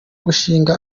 gushinga